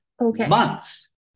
Months